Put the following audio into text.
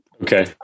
okay